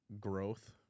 growth